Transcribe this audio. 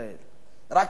רק אצל יהודי אתיופיה.